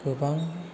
गोबां